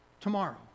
tomorrow